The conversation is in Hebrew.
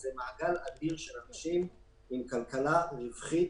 מדובר במעגל אדיר של אנשים שעובדים בכלכלה רווחית,